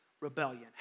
rebellion